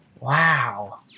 Wow